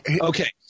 Okay